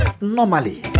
Normally